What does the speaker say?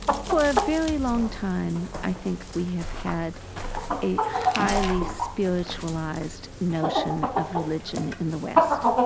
for a very long time, i think we have had a highly spiritualized notion of religion in the west,